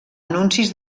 anuncis